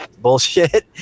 bullshit